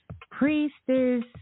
Priestess